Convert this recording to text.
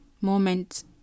moment